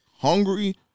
Hungry